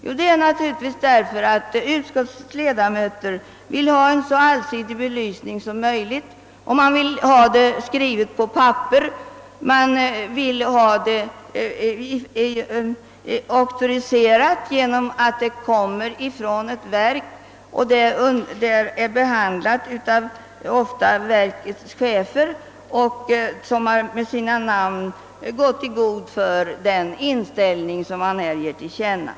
Jo, anledningen är naturligtvis att utskottens ledamöter önskar få en så allsidig belysning som möjligt av de i motionerna aktualiserade frågorna och att man vill ha den skriftligen redovisad och auktoriserad genom remissvar från ett verk, där saken ofta är behandlad i samråd med verkets chef, vilken med sitt namn gått i god för den inställning som verket ger till känna.